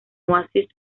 oasis